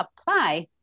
apply